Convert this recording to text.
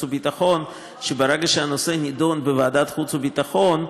והביטחון: ברגע שהנושא נדון בוועדת החוץ והביטחון,